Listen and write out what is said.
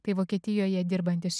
tai vokietijoje dirbantis